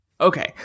Okay